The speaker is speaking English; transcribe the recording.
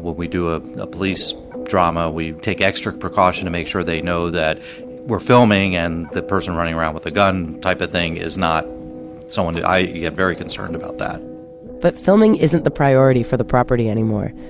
when we do ah a police drama, we take extra precaution to make sure they know that we're filming and the person running around with a gun type of thing is not someone, i get very concerned about that but filming isn't the priority for the property anymore.